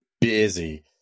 busy